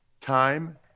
time